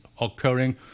occurring